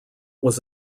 was